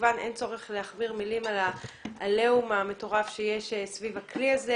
כמובן אין צורך להכביר מילים על העליהום המטורף שיש סביב הכלי הזה,